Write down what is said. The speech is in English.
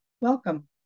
welcome